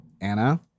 Anna